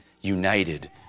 united